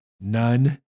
none